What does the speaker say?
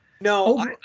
No